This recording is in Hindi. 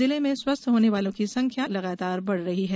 जिले में स्वस्थ होने वालों की संख्या लगातार बढ़ रही है